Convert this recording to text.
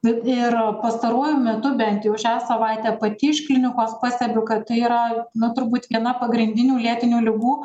bet ir pastaruoju metu bent jau šią savaitę pati iš klinikos pastebiu kad tai yra nu turbūt viena pagrindinių lėtinių ligų